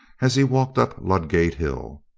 as he walked up ludgate hill.